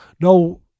no